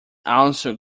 also